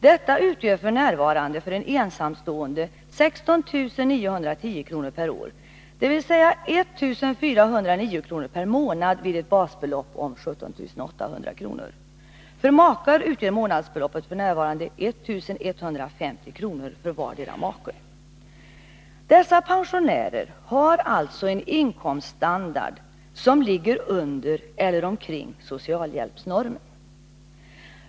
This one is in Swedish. Detta utgör f. n. för en ensamstående 16 910 kr. per år, dvs. 1409 kr. per månad vid ett basbelopp om 17 800 kr. För makar utgör månadsbeloppet f. n. 1150 kr. för vardera maken. Dessa pensionärer har alltså en inkomststandard som ligger under eller omkring socialhjälpsnormen.